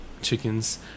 chickens